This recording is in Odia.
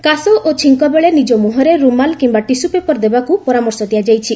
କାଶ ଓ ଛିଙ୍କବେଳେ ନିଜ ମୁହଁରେ ରୁମାଲ୍ କିମ୍ବା ଟିସ୍କ ପେପର୍ ଦେବାକୁ ପରାମର୍ଶ ଦିଆଯାଇଛି